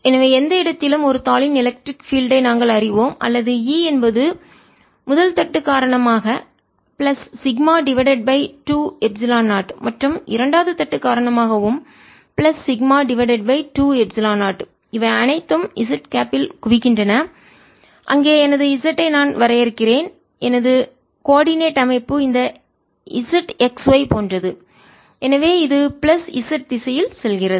எனவே எந்த இடத்திலும் ஒரு தாளின் எலெக்ட்ரிக் பீல்டு ஐ நாங்கள் அறிவோம் அல்லது E என்பது முதல் தட்டு காரணமாக plus sigma divided by 2 epsilon 0 மற்றும் இரண்டாவது தட்டு காரணமாகவும் plus sigma divided by 2 epsilon 0 இவை அனைத்தும் z கேப் இல் குவிகின்றன அங்கே எனது z ஐ நான் வரையறுக்கிறேன் எனது கோஆர்டினேட் ஒருங்கிணைப்பு அமைப்பு இந்த zxy போன்றது எனவே இது பிளஸ் z திசையில் செல்கிறது